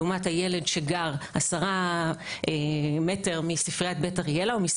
לעומת הילד שגר עשרה מטר מספריית בית אריאלה,